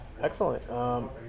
Excellent